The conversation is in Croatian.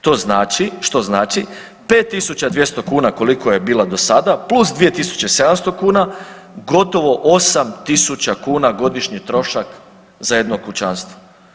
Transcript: To znači, što znači, 5200 kuna koliko je bila do sada + 2700 kuna, gotovo 8 tisuća kuna godišnje trošak za jedno kućanstvo.